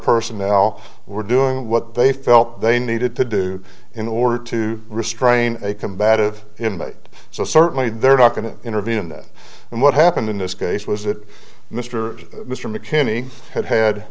personnel were doing what they felt they needed to do in order to restrain a combative so certainly they're not going to intervene in that and what happened in this case was that mr mr mckinney had had